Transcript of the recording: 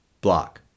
block